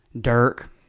Dirk